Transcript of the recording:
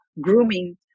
grooming